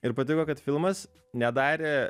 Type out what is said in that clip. ir patiko kad filmas nedarė